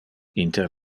inter